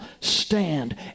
stand